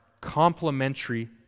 complementary